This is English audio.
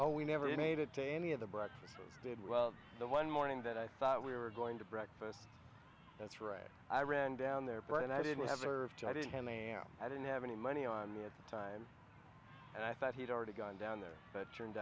oh we never made it to any of the breakfast food did well the one morning that i thought we were going to breakfast that's right i ran down there bread and i didn't have the nerve to i didn't i didn't have any money on me at the time and i thought he'd already gone down there but turned